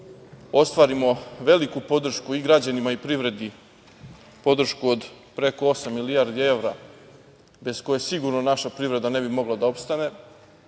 ostvarimo veliku podršku i građanima i privredi, podršku od preko osam milijardi evra bez koje sigurno naša privreda ne bi mogla da opstane,